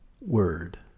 word